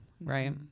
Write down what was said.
right